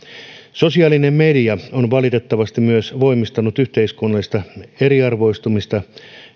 sosiaalinen media on valitettavasti myös voimistanut yhteiskunnallisesta eriarvoistumisesta